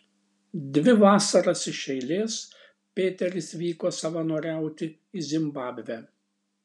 dvi vasaras iš eilės pėteris vyko savanoriauti į zimbabvę